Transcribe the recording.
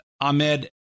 Ahmed